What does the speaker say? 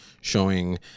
showing